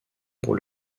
pour